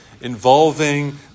involving